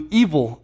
evil